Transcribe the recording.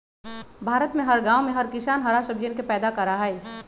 भारत में हर गांव में हर किसान हरा सब्जियन के पैदा करा हई